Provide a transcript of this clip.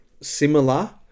similar